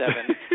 seven